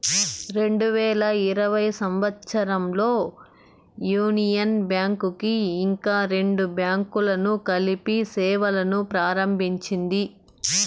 రెండు వేల ఇరవై సంవచ్చరంలో యూనియన్ బ్యాంక్ కి ఇంకా రెండు బ్యాంకులను కలిపి సేవలును ప్రారంభించింది